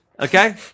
okay